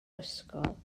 ysgol